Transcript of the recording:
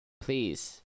please